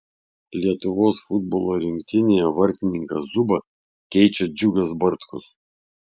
lietuvos futbolo rinktinėje vartininką zubą keičia džiugas bartkus